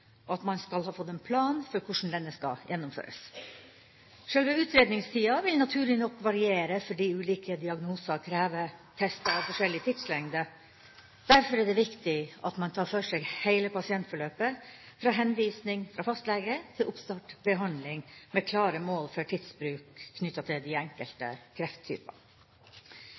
og at man skal ha fått en plan for hvordan denne skal gjennomføres. Sjølve utredningstida vil naturlig nok variere, fordi ulike diagnoser krever tester av forskjellig tidslengde. Derfor er det viktig at man tar for seg hele pasientforløpet, fra henvisning fra fastlege til oppstart av behandling og med klare mål for tidsbruk knyttet til de enkelte